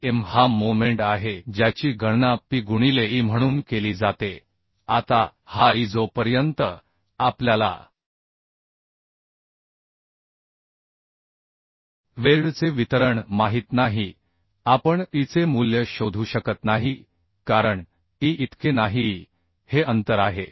आणि M हा moment आहे ज्याची गणना P गुणिले e म्हणून केली जाते आता हा e जोपर्यंत आपल्याला वेल्डचे वितरण माहित नाही आपण eचे मूल्य शोधू शकत नाही कारण e इतके नाहीe हे अंतर आहे